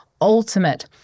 ultimate